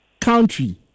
Country